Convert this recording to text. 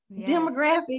demographic